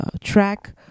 track